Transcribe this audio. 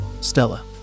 Stella